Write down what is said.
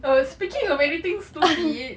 err speaking of anything stupid